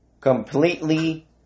completely